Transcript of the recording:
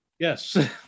Yes